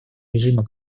режима